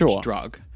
drug